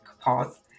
pause